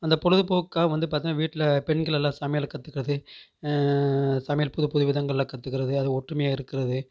அந்த பொழுதுபோக்குகாக வந்து பார்த்தீங்கனா வீட்டில் பெண்கள் எல்லாம் சமையல் கற்றுக்குறது சமையல் புது புது விதங்களெலாம் கற்றுக்குறது அது ஒற்றுமையாக இருக்கிறது